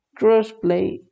Crossplay